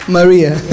Maria